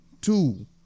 two